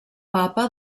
papa